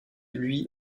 lui